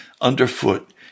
underfoot